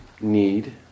need